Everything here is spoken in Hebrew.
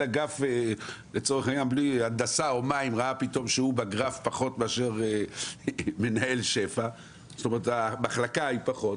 מנהל אגף הנדסה או מים ראה פתאום שהוא בגרף פחות מאשר מנהל מחלקה אחרת,